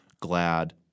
glad